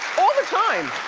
all the time.